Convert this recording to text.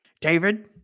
David